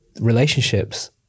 relationships